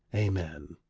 amen.